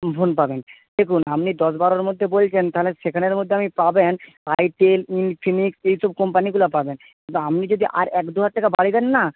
phone পাবেন দেখুন আপনি দশ বারোর মধ্যে বলছেন তাহলে সেখানের মধ্যে পাবেন আইটেল ইনফিনিক্স এই সব কোম্পানিগুলো পাবেন কিন্তু আপনি যদি আর এক দুহাজার টাকা বাড়িয়ে দেন না